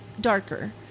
darker